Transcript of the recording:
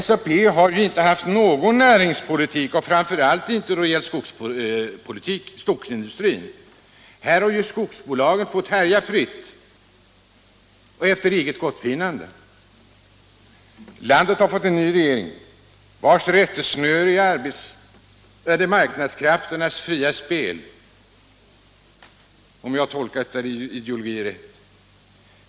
SAP har ju inte haft någon näringspolitik, framför allt inte då det gällt skogsindustrin. Här har ju skogsbolagen fått härja fritt och efter eget gottfinnande. Landet har fått en ny regering, vars rättesnöre är marknadskrafternas fria spel, om jag har tolkat er ideologi rätt.